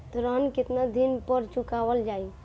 ऋण केतना दिन पर चुकवाल जाइ?